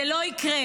זה לא יקרה.